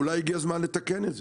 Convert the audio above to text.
אולי הגיע זמן לתקן את זה.